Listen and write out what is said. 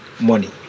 money